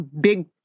big